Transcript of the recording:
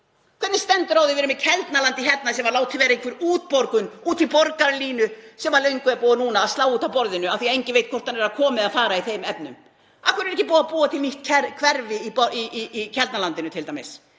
Hvernig stendur á því að við erum með Keldnalandið hérna sem var látið vera einhver útborgun fyrir borgarlínu sem löngu er búið að slá út af borðinu af því að enginn veit hvort hann er að koma eða fara í þeim efnum? Af hverju er ekki búið að búa til nýtt hverfi í Keldnalandinu t.d.?